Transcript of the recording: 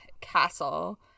castle